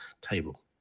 table